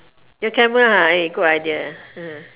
your camera ah eh good idea